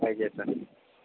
okay sir